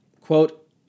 quote